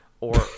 or-